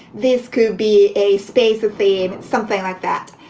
this could be a space theme. something like that.